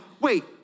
wait